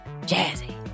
jazzy